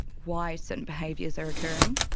why certain behaviours are occurring.